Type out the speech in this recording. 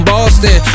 Boston